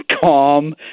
calm